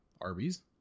Arby's